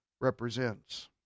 represents